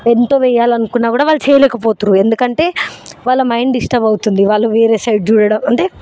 ఎంత వేయాలనుకున్నా కూడా వాళ్ళు చేయలేకపోతుర్రు ఎందుకంటే వాళ్ళ మైండ్ డిస్టర్బ్ అవుతుంది వాళ్ళు వేరే సైడ్ చూడడం అంటే